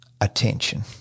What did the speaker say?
attention